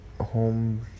home